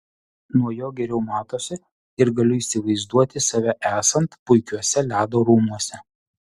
nuo jo geriau matosi ir galiu įsivaizduoti save esant puikiuose ledo rūmuose